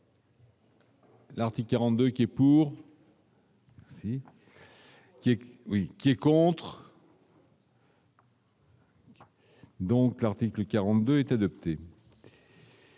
L'article 42 qui est pour. Oui. Oui, qui est contre. Donc, l'article 42 est adopté.